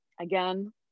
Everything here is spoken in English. again